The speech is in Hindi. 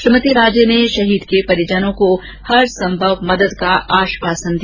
श्रीमती राजे ने शहीद के परिजनों को हरसंभव मदद का आश्वासन दिया